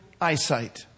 eyesight